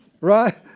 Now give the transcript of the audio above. Right